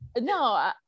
no